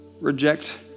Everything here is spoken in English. reject